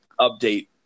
update